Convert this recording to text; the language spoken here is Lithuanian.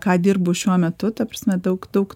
ką dirbu šiuo metu ta prasme daug daug